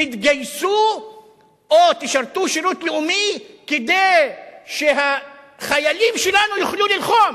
תתגייסו או תשרתו שירות לאומי כדי שהחיילים שלנו יוכלו ללחום.